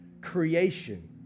creation